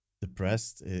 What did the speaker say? depressed